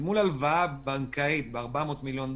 אל מול הלוואה בנקאית ב-400 מיליון דולר,